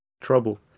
trouble